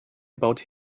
about